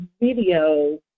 video